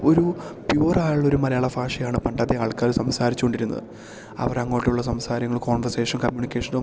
ഒരു പ്യുവറായുള്ള ഒരു മലയാള ഭാഷയാണ് പണ്ടത്തെ ആൾക്കാര് സംസാരിച്ചു കൊണ്ടിരുന്നത് അവരങ്ങോട്ടുള്ള സംസാരങ്ങള് കോൺവെർസേഷൻ കമ്മ്യൂണിക്കേഷനും